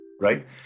right